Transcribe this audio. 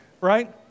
right